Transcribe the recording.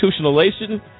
institutionalization